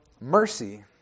mercy